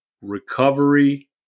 recovery